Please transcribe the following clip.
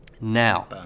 Now